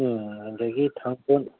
ꯎꯝ ꯑꯗꯒꯤ ꯊꯥꯡꯒꯣꯟ